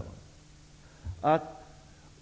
grundavdraget.